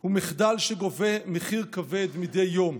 הוא מחדל שגובה מחיר כבד מדי יום,